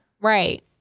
Right